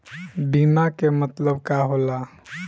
बीमा के मतलब का होला?